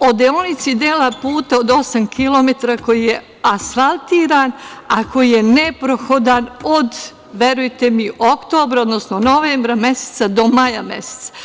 o deonici dela puta od osam kilometara koji je asfaltiran, a koji je neprohodan, verujte mi, od novembra meseca do maja meseca.